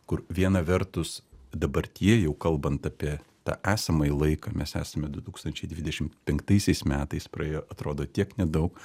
kur viena vertus dabartyje jau kalbant apie tą esamąjį laiką mes esame du tūkstančiai dvidešim penktaisiais metais praėjo atrodo tiek nedaug